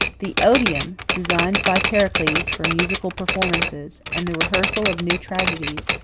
the odeum, designed by pericles for musical performances, and the rehearsal of new tragedies,